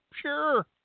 Sure